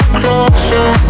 closer